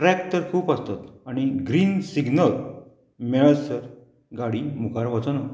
track तर खूब आसतात आनी ग्रीन सिग्नल मेळसर गाडी मुखार वचना